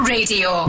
Radio